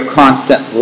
constant